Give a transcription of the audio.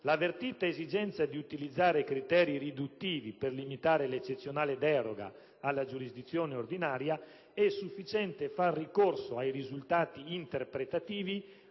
l'avvertita esigenza di utilizzare criteri riduttivi per limitare l'eccezionale deroga alla giurisdizione ordinaria, è sufficiente fare ricorso ai risultati interpretativi